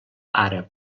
àrab